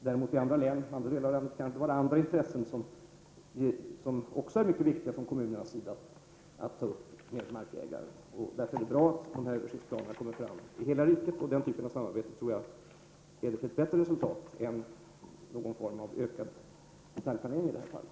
I andra delar av landet kan det vara andra intressen som också är mycket viktiga från kommunernas sida att ta upp med markägaren. Därför är det bra att dessa översiktsplaner tas fram i hela riket, och den typen av samarbete tror jag leder till ett bättre resultat än någon form av ökad detaljplanering.